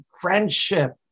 friendship